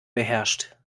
beherrscht